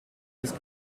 des